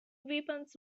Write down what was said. weapons